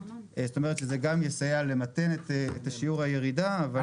כלומר זה גם יסייע למתן את שיעור הירידה אבל לא יעצור אותה.